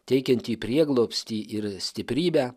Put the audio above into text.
teikiantį prieglobstį ir stiprybę